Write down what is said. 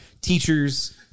teachers